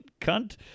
cunt